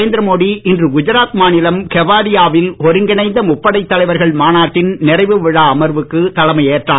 நரேந்திர மோடி இன்று குஜராத் மாநிலம் கெவாடியாவில் ஒருங்கிணைந்த முப்படைத் தலைவர்கள் மாநாட்டின் நிறைவு விழா அமர்வுக்கு தலைமையேற்றார்